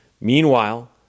Meanwhile